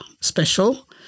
special